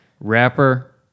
Rapper